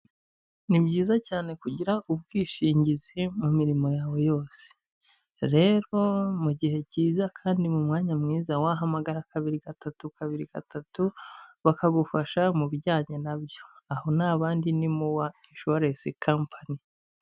Ni byiza cyane kugira ubwishingizi mu mirimo yawe yose, rero mu gihe cyiza kandi mu mwanya mwiza wahamagara kabiri, gatatu, kabiri, gatatu, bakagufasha mu bijyanye nabyo. Aho nta ahandi ni muwa inshuwarensi kampani.